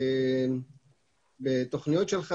בתוכניות שלך,